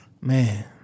Man